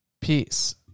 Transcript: Peace